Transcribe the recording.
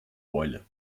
eule